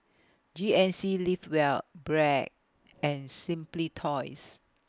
G N C Live Well Bragg and Simply Toys